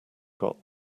got